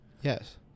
yes